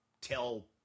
tell